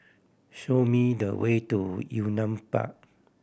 show me the way to Yunnan Park